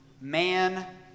man